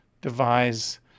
devise